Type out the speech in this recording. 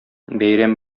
бәйрәм